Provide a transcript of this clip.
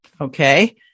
Okay